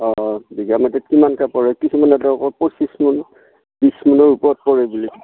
অঁ বিঘা মাটিত কিমানকৈ পৰে কিছুমানেতো আকৌ পঁচিছ মোন বিশ মোনৰ ওপৰত পৰে বুলি